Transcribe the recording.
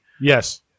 Yes